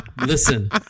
listen